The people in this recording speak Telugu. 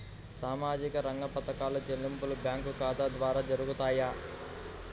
సామాజిక రంగ పథకాల చెల్లింపులు బ్యాంకు ఖాతా ద్వార జరుగుతాయా?